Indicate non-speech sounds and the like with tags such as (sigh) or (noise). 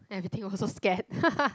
everything also scared (laughs)